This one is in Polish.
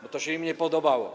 bo to się im nie podobało.